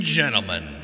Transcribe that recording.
gentlemen